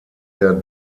der